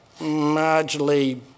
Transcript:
marginally